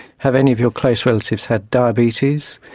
have any of your close relatives had diabetes,